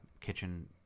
kitchen